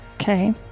Okay